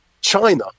China